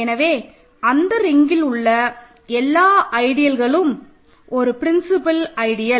எனவே அந்த ரிங்கில் உள்ள எல்லா ஐடியல்லும் ஒரு பிரின்சிப்பல் ஐடியல்